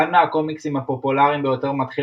אחד מהקומיקסים הפופולריים ביותר מתחיל